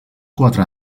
quatre